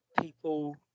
people